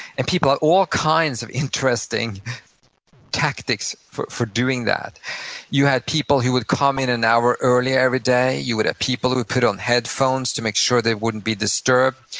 and people had all kinds of interesting tactics for for doing that you had people who would come in an hour early every day, you had ah people who put on headphones to make sure they wouldn't be disturbed,